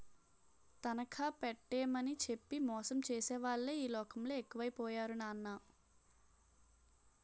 తనఖా పెట్టేమని చెప్పి మోసం చేసేవాళ్ళే ఈ లోకంలో ఎక్కువై పోయారు నాన్నా